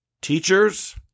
teachers